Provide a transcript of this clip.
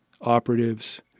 operatives